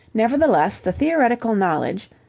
nevertheless, the theoretical knowledge,